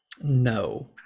No